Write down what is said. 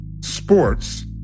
sports